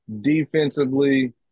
defensively